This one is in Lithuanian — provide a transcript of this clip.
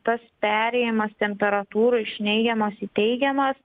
tas perėjimas temperatūrai iš neigiamos į teigiamas